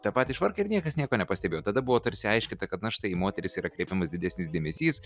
tą patį švarką ir niekas nieko nepastebėjo tada buvo tarsi aiškinta kad na štai į moteris yra kreipiamas didesnis dėmesys